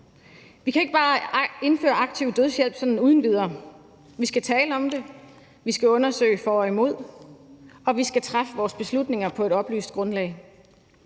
Vi kan ikke bare indføre aktiv dødshjælp sådan uden videre. Vi skal tale om det, vi skal undersøge for og imod, og vi skal træffe vores beslutninger på et oplyst grundlag.